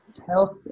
Health